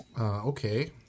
Okay